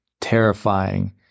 terrifying